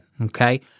Okay